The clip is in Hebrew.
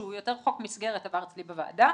שהוא יותר חוק מסגרת עבר אצלי בוועדה